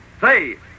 say